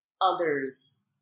others